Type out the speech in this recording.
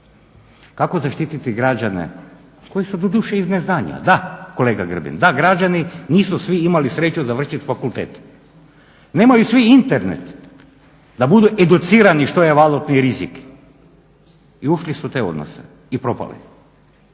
Kako zaštititi građane koji su doduše iz neznanja, da kolega Grbin, da, građani nisu svi imali sreću završit fakultet. Nemaju svi Internet da budu educirani što je valutni rizik i ušli su u te odnose i propali,